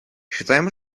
считаем